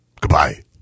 Goodbye